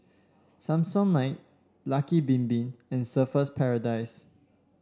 Samsonite Lucky Bin Bin and Surfer's Paradise